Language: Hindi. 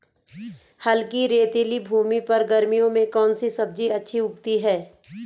हल्की रेतीली भूमि पर गर्मियों में कौन सी सब्जी अच्छी उगती है?